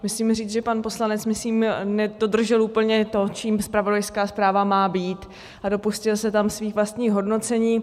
Musím říct, že pan poslanec, myslím, nedodržel úplně to, čím zpravodajská zpráva má být, a dopustil se tam svých vlastních hodnocení.